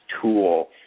tool